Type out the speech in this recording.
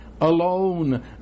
alone